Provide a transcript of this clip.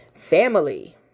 Family